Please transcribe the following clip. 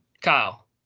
Kyle